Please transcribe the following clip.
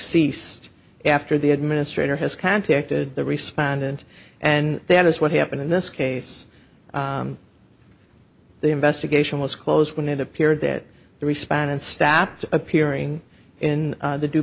ceased after the administrator has contacted the respondent and that is what happened in this case the investigation was closed when it appeared that the responded stabbed appearing in the d